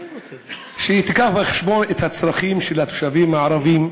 שתיקח בחשבון את הצרכים של התושבים הערבים,